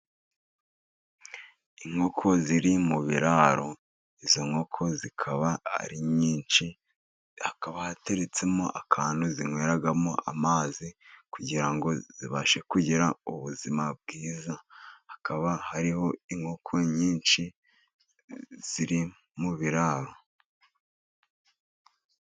Inkoko ziri mu biraro. Izo nkoko zikaba ari nyinshi, hakaba hateretsemo akantu zinyweramo amazi, kugira ngo zibashe kugira ubuzima bwiza, hakaba hariho inkoko nyinshi ziri mu biraro.